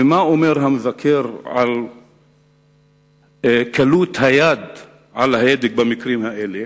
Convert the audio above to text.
ומה אומר המבקר על קלות היד על ההדק במקרים האלה?